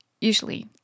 Usually